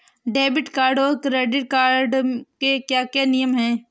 Debit card और credit card के क्या क्या नियम हैं?